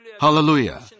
Hallelujah